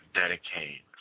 dedicate